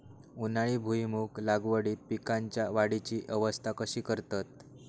उन्हाळी भुईमूग लागवडीत पीकांच्या वाढीची अवस्था कशी करतत?